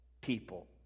people